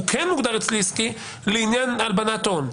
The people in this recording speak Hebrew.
הוא כן מוגדר אצלי עסקי לעניין הלבנת הון.